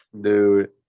Dude